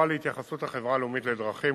השאילתא הועברה להתייחסות החברה הלאומית לדרכים,